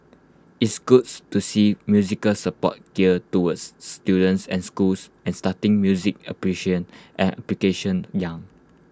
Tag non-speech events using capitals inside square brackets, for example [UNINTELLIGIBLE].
it's goods to see musical support geared towards students and schools and starting music [UNINTELLIGIBLE] application young